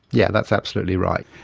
yeah that's absolutely right.